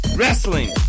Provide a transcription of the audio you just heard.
wrestling